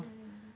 mm